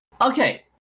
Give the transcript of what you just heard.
Okay